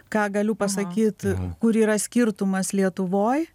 ką galiu pasakyt kur yra skirtumas lietuvoj